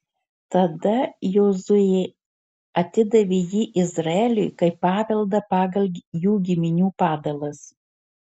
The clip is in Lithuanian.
tada jozuė atidavė jį izraeliui kaip paveldą pagal jų giminių padalas